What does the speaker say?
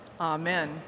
Amen